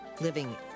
Living